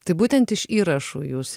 tai būtent iš įrašų jūs